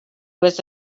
was